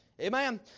Amen